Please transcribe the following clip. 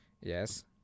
Yes